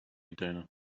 container